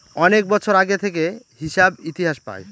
অনেক বছর আগে থেকে হিসাব ইতিহাস পায়